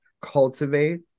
cultivate